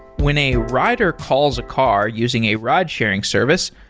when a rider calls a car using a ride sharing service,